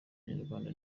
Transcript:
abanyarwanda